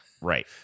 right